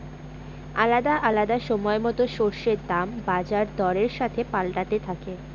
আলাদা আলাদা সময়তো শস্যের দাম বাজার দরের সাথে পাল্টাতে থাকে